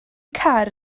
car